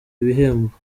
ibihembo